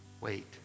wait